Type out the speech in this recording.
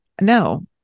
No